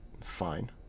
fine